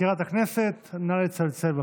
מזכירת הכנסת, נא לצלצל בפעמון.